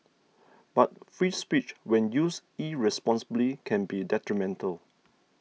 but free speech when used irresponsibly can be detrimental